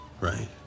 right